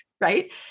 Right